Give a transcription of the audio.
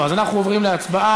לא, אז אנחנו עוברים להצבעה.